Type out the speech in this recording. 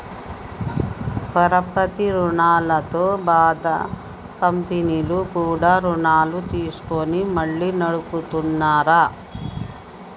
పరపతి రుణాలతో బాధ కంపెనీలు కూడా రుణాలు తీసుకొని మళ్లీ నడుపుతున్నార